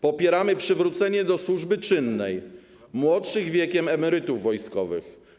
Popieramy przywrócenie do służby czynnej młodszych wiekiem emerytów wojskowych.